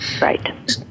right